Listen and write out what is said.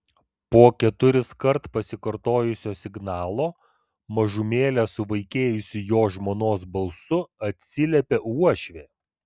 po keturiskart pasikartojusio signalo mažumėlę suvaikėjusiu jo žmonos balsu atsiliepė uošvė